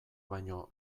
baino